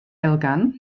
elgan